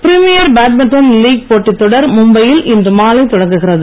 premier badminton league போட்டித் தொடர் மும்பையில் இன்று மாலை தொடங்குகிறது